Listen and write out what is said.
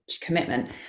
commitment